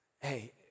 hey